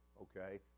okay